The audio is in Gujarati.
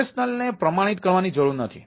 ઓપરેશનલ ને પ્રમાણિત કરવાની જરૂર નથી